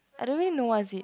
I don't really know what is it